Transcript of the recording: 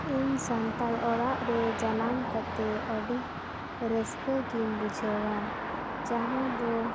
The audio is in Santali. ᱤᱧ ᱥᱟᱱᱛᱟᱲ ᱚᱲᱟᱜ ᱨᱮ ᱡᱟᱱᱟᱢ ᱠᱟᱛᱮᱫ ᱟᱹᱰᱤ ᱨᱟᱹᱥᱠᱟᱹ ᱜᱤᱧ ᱵᱩᱡᱷᱟᱹᱣᱟ ᱡᱟᱦᱟᱸ ᱫᱚ